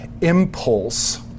impulse